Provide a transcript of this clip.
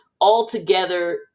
altogether